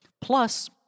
Plus